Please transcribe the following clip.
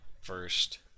first